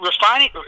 refining